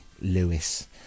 Lewis